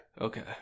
Okay